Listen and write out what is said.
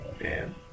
Man